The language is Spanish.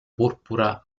púrpura